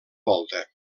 volta